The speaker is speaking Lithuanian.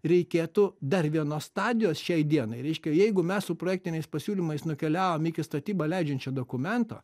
reikėtų dar vienos stadijos šiai dienai reiškia jeigu mes su projektiniais pasiūlymais nukeliavom iki statybą leidžiančio dokumento